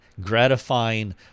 gratifying